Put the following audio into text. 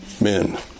men